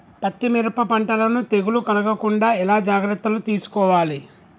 పత్తి మిరప పంటలను తెగులు కలగకుండా ఎలా జాగ్రత్తలు తీసుకోవాలి?